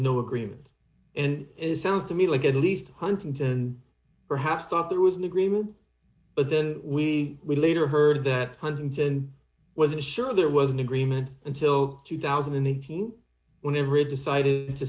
no agreement and it sounds to me like at least huntington perhaps thought there was an agreement but then we later heard that huntington wasn't sure there was an agreement until two thousand and eighteen whenever it decided to